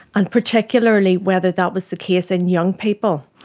and particularly whether that was the case in young people.